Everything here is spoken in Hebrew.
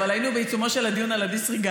אבל היינו בעיצומו של הדיון על ה-disregard.